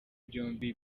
byombi